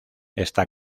está